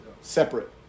separate